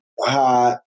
hot